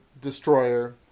Destroyer